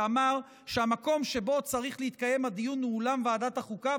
שאמרה שהמקום שבו צריך להתקיים הדיון הוא אולם ועדת החוקה,